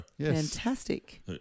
Fantastic